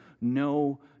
No